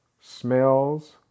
smells